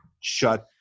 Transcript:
shut